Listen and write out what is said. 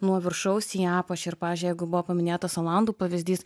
nuo viršaus į apačią ir pavyzdžiui jeigu buvo paminėtas olandų pavyzdys